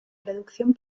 reducción